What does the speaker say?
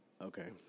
Okay